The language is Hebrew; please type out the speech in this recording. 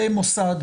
במוסד.